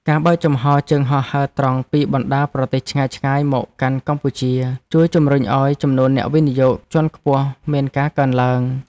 ការបើកចំហជើងហោះហើរត្រង់ពីបណ្តាប្រទេសឆ្ងាយៗមកកាន់កម្ពុជាជួយជំរុញឱ្យចំនួនអ្នកវិនិយោគជាន់ខ្ពស់មានការកើនឡើង។